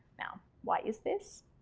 now why is this?